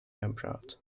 abroad